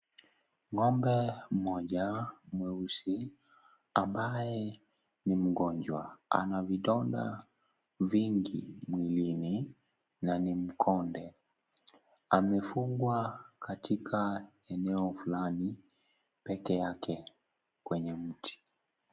Ng'ombe mmoja mweusi ambaye ni mgonjwa. Ana vidonda vingi mwilini, na ni mkonde. Amefungwa katika eneo fulani, peke yake kwenye mti.